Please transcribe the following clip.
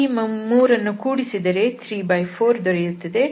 ಈ ಮೂರನ್ನು ಕೂಡಿಸಿದರೆ 34 ದೊರೆಯುತ್ತದೆ